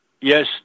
yes